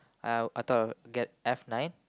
uh I thought get F nine